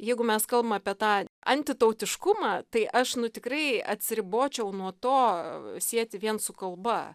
jeigu mes kalbam apie tą antitautiškumą tai aš nu tikrai atsiribočiau nuo to sieti vien su kalba